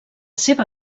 seva